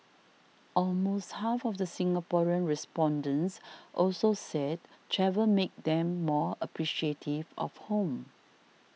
almost half of the Singaporean respondents also said travel made them more appreciative of home